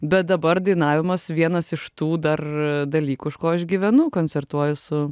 bet dabar dainavimas vienas iš tų dar dalykų iš ko aš gyvenu koncertuoju su